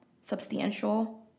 substantial